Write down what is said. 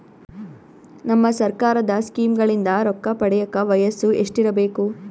ನಮ್ಮ ಸರ್ಕಾರದ ಸ್ಕೀಮ್ಗಳಿಂದ ರೊಕ್ಕ ಪಡಿಯಕ ವಯಸ್ಸು ಎಷ್ಟಿರಬೇಕು?